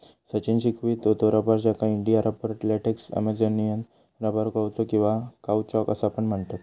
सचिन शिकवीत होतो रबर, ज्याका India rubber, latex, Amazonian rubber, कौचो किंवा काउचॉक असा पण म्हणतत